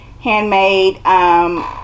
handmade